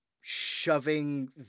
shoving